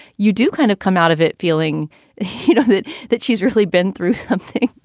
you do kind of come out of it, feeling it that she's really been through something.